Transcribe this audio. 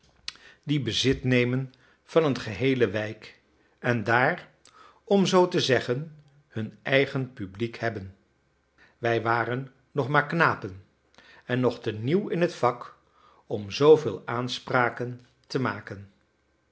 die bezit nemen van een geheele wijk en daar om zoo te zeggen hun eigen publiek hebben wij waren nog maar knapen en nog te nieuw in het vak om zooveel aanspraken te maken